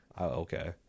Okay